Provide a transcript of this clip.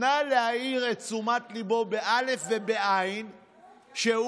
נא להעיר את תשומת ליבו בעי"ן ובאל"ף לכך